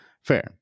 Fair